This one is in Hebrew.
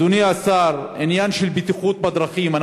אדוני השר, הוא העניין הבטיחות בדרכים.